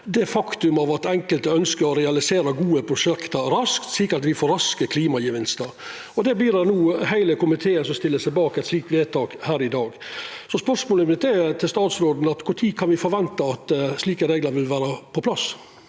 det faktum at enkelte ønskjer å realisera gode prosjekt raskt, slik at me får raske klimagevinstar. Heile komiteen stiller seg bak eit slikt vedtak her i dag. Spørsmålet mitt til statsråden er: Kva tid kan vi forventa at slike reglar vil vera på plass?